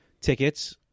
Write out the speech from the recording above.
Tickets